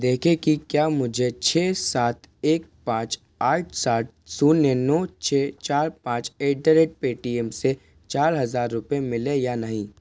देखें कि क्या मुझे छ सात एक पाँच आठ सात शून्य नौ छ चार पाँच एट द रेट पेटीएम से चार हज़ार रूपए मिले या नहीं